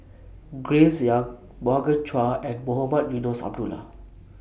Grace Young Morgan Chua and Mohamed Eunos Abdullah